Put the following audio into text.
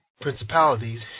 principalities